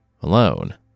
alone